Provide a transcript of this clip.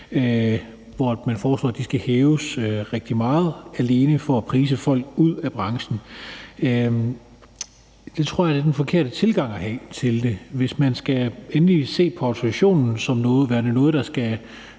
hvor man foreslår, at de skal hæves rigtig meget alene for at presse folk ud af branchen. Det tror jeg er den forkerte tilgang at have til det. Hvis man endelig skal se på autorisationen som værende noget, der skal